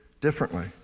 differently